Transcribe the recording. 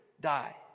die